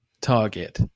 target